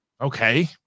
okay